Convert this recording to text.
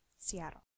Seattle